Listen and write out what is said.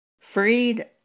Freed